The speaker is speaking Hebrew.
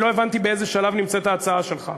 לא הבנתי באיזה שלב נמצאת ההצעה שלך.